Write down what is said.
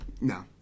No